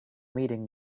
meeting